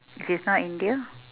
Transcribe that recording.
if not india